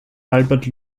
albert